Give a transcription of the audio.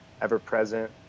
ever-present